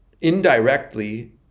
indirectly